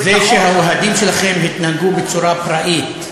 זה שהאוהדים שלכם התנהגו בצורה פראית,